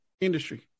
industry